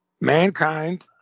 mankind